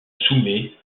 soumet